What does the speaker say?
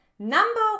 Number